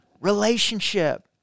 Relationship